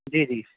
جی جی